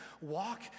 Walk